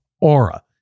Aura